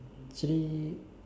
chili